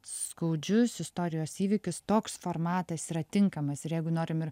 skaudžius istorijos įvykius toks formatas yra tinkamas ir jeigu norim ir